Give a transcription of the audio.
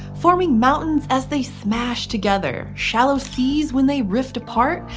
forming mountains as they smash together, shallow seas when they rift apart,